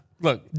Look